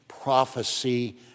prophecy